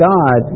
God